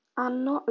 hanno